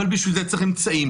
אבל בשביל זה צריך אמצעים,